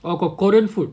well got korean food